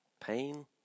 pain